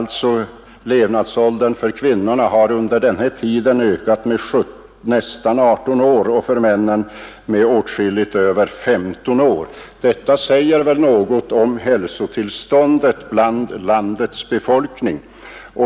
Levnadsåldern har alltså under den tiden för kvinnorna ökat med nästan 18 år och för männen med åtskilligt över 15 år. Detta säger väl något om hälsotillståndet bland landets befolkning.